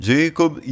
Jacob